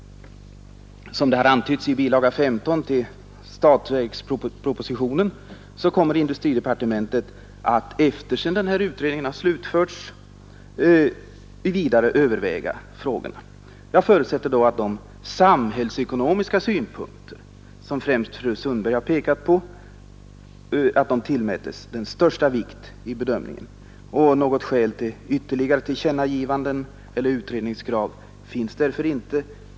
Som det har antytts i bilaga 15 till statsverkspropositionen kommer industridepartementet att, sedan den här utredningen har slutförts, vidare överväga frågorna. Jag förutsätter då att de samhällsekonomiska synpunkter som främst fru Sundström har pekat på, tillmäts största vikt vid bedömningen, och något skäl för ytterligare tillkännagivanden eller utredningskrav finns därför inte.